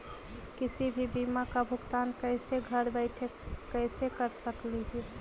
किसी भी बीमा का भुगतान कैसे घर बैठे कैसे कर स्कली ही?